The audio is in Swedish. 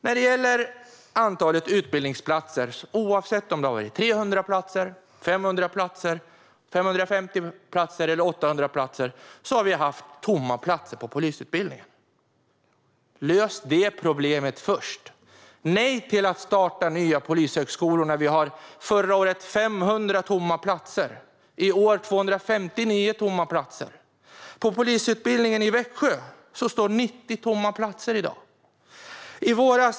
När det gäller antalet utbildningsplatser - oavsett om det har varit 300, 500, 550 eller 800 platser - har vi haft tomma platser på polisutbildningen. Lös det problemet först. Jag säger nej till att starta nya polishögskolor när vi förra året hade 500 tomma platser och i år 259 tomma platser. På polisutbildningen i Växjö står i dag 90 platser tomma.